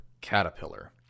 caterpillar